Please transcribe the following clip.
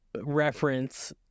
reference